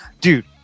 Dude